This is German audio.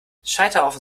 scheiterhaufen